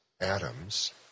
atoms